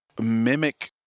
mimic